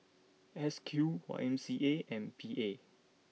S Q Y M C A and P A